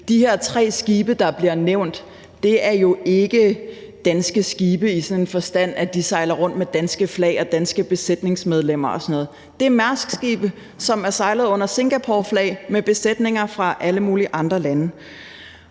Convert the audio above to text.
De her tre skibe, der bliver nævnt, er jo ikke danske skibe i den forstand, at de sejler rundt under dansk flag og med danske besætningsmedlemmer og sådan noget. Det er Mærskskibe, som sejler under Singapores flag med besætninger fra alle mulige andre lande.